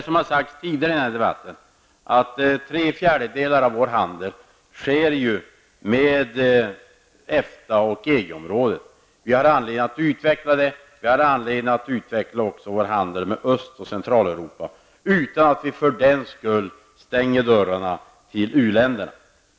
Som har sagts tidigare i den här debatten sker tre fjärdedelar av vår handel med EFTA och EG området. Vi har anledning att utveckla den handeln, och vi har också anledning att utveckla vår handel med Öst och Centraleuropa, utan att vi för den skull stänger dörrarna till u-länderna.